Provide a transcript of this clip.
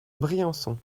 briançon